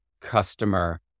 customer